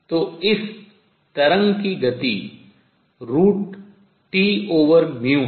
तो इस तरंग की speed गति √T है